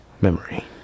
memory